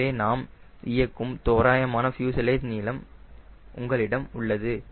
எனவே நாம் இயக்கும் தோராயமான ஃப்யூசலேஜ் நீளம் உங்களிடம் உள்ளது